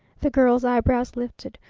the girl's eyebrows lifted.